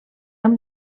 amb